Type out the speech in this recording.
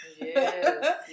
yes